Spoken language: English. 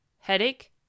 headache